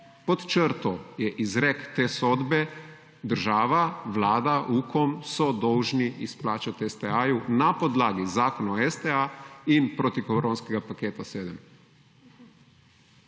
Pod črto je izrek te sodbe država, Vlada, UKOM so dolžni izplačati STA na podlagi Zakona o STA in protikoronskega paketa 7.